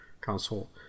console